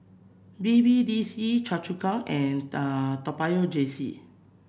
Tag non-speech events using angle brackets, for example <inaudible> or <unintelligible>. B B D C <unintelligible> and <unintelligible> J C